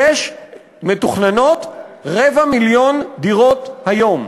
מתוכננות רבע מיליון דירות היום.